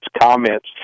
comments